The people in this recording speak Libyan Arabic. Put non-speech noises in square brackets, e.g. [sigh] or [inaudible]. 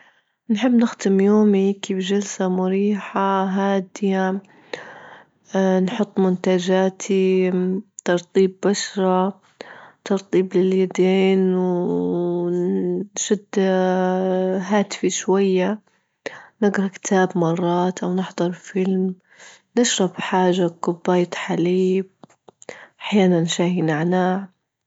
نحب نختم يومي كيف جلسة مريحة هادية [hesitation] نحط منتجاتي [noise] ترطيب بشرة، ترطيب لليدين، ونشد [hesitation] هاتفي شوية، نجرا كتاب مرات أو نحضر فيلم، نشرب حاجة بكوباية حليب، أحيانا شاي نعناع.